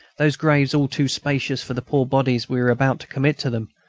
those graves, all too spacious for the poor bodies we were about to commit to them,